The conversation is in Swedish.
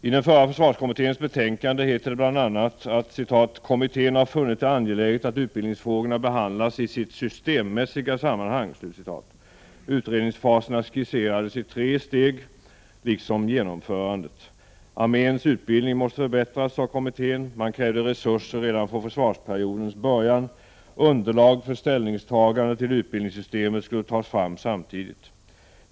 I den förra försvarskommitténs betänkande heter det bl.a. att ”kommittén har funnit det angeläget att utbildningsfrågorna behandlas i sitt systemmässiga sammanhang”. Utredningsfaserna skisseras i tre steg, liksom genomförandet. Arméns utbildning måste förbättras, sade kommittén. Man krävde resurser redan från försvarsperiodens början. Underlag för ställningstagande till utbildningssystemet skulle tas fram samtidigt.